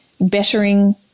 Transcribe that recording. bettering